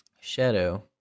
Shadow